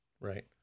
Right